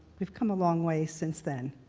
we've come a long way since then.